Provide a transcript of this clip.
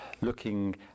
looking